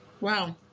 Wow